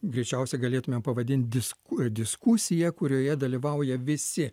greičiausiai galėtumėm pavadint disku diskusija kurioje dalyvauja visi